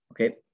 Okay